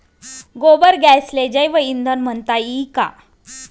गोबर गॅसले जैवईंधन म्हनता ई का?